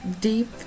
deep